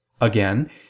Again